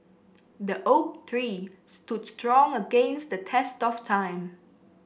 the oak tree stood strong against the test of time